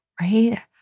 right